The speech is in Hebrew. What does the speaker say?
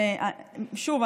שוב,